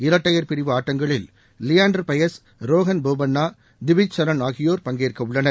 இரட்டையர் பிரிவு ஆட்டங்களில் லியாண்டர் பயஸ் ரோஹன் போப்பண்ணா திவிஜ் சரண் ஆகியோர் பங்கேற்க உள்ளனர்